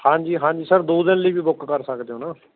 ਹਾਂਜੀ ਹਾਂਜੀ ਸਰ ਦੋ ਦਿਨ ਲਈ ਵੀ ਬੁੱਕ ਕਰ ਸਕਦੇ ਹੋ ਨਾ